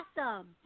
awesome